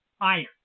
Iron